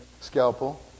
scalpel